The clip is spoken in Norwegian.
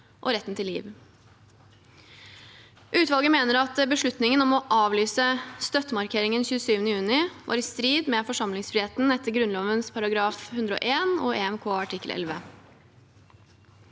og retten til liv. Utvalget mener at beslutningen om å avlyse støttemarkeringen 27. juni var i strid med forsamlingsfriheten etter Grunnloven § 101 og EMK artikkel 11.